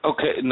Okay